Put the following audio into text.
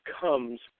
comes